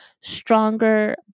stronger